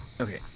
Okay